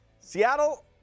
Seattle